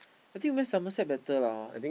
I think we went Somerset better lah hor